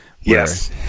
Yes